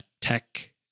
tech